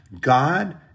God